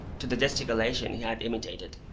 to the gesticulation he had imitated.